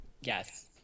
Yes